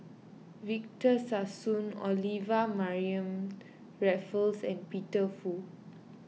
Victor Sassoon Olivia Mariamne Raffles and Peter Fu